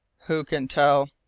who can tell?